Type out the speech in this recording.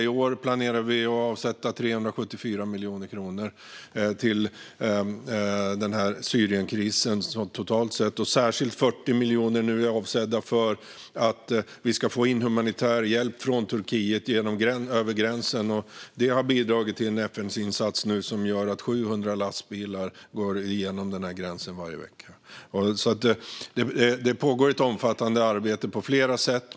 I år planerar vi att avsätta 374 miljoner kronor till Syrienkrisen totalt sett. Av dessa är 40 miljoner särskilt avsedda för att vi ska få in humanitär hjälp från Turkiet över gränsen. Det har bidragit till en FN-insats som gör att 700 lastbilar går över denna gräns varje vecka. Det pågår ett omfattande arbete på flera sätt.